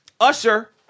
Usher